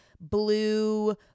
blue